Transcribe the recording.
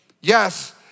Yes